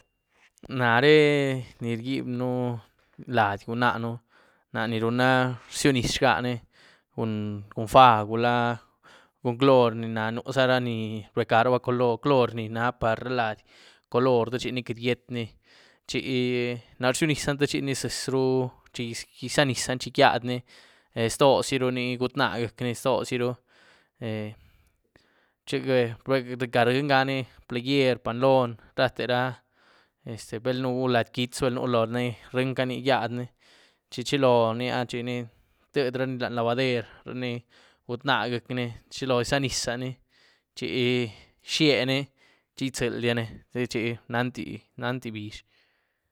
Naré ni rgyibyën lady cun nahën na ni runa rzyu nyis zhá ni cun faa gula cun clory. Na nuza rani rbecaruba clory ni na par' ra lady cuolory te chini queity gyiéetni, chi ná rzyu nyisann- techi ziezru chi izanyisan techi gyiadni, ztoziruni gut'náh gyiec'ni ztoziruni ríeca ryienycani player, panlón, rate ra este, bal nû lady quitz' bal nu loóni, bryienca'ni gyiadni, chi chilonía chini tyiedrani lanyí labader, ryíni gut'ná gyiec'ni, chi zalo izanyisani chi izhyiéní chi it'zieldiani techi nanti-nanti bix.